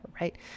right